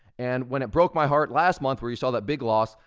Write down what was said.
and when it broke my heart last month, where you saw that big loss,